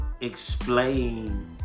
explain